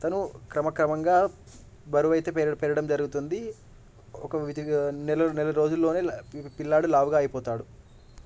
అతను క్రమక్రమంగా బరువైతే పెరగ పెరగడం జరుగుతుంది ఒక విధిగా నెల నెలరోజుల్లోనే ల పిల్లాడు లావుగా అయిపోతాడు